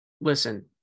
Listen